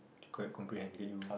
quite comprehensive